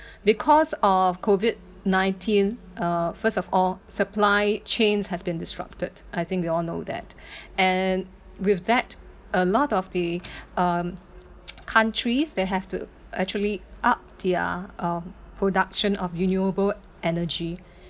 because of COVID nineteen uh first of all supply chains has been disrupted I think we all know that and with that a lot of the um countries they have to actually up their uh production of renewable energy